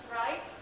right